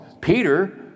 Peter